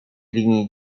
linii